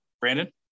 Brandon